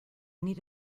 need